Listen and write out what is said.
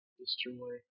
destroy